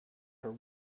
her